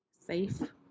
Safe